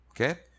okay